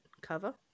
cover